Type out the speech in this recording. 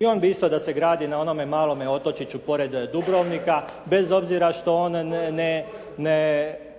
i on bi isto da se gradi na onome malome otočiću pore Dubrovnika bez obzira što on ne